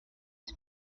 his